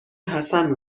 حسن